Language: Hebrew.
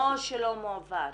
לא שלא מועבר.